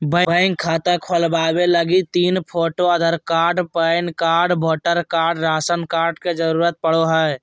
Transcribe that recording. bank खाता खोलबावे लगी तीन photo, Aadhaar card, PAN card, voter card, ration card के जरूरत पड़ो हय